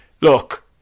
Look